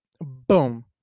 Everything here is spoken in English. Boom